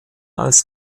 als